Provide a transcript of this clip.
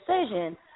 decision